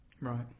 Right